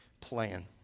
plan